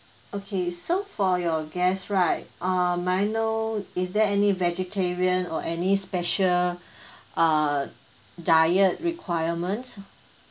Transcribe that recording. okay so for your guest right um may I know is there any vegetarian or any special err diet requirements